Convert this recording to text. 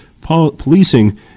Policing